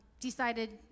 decided